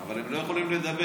אבל הם לא יכולים לדבר.